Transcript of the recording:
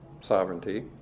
sovereignty